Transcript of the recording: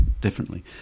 differently